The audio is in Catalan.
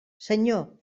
senyor